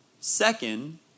Second